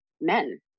men